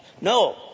No